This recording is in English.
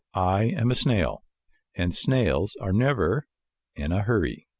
i am a snail and snails are never in a hurry.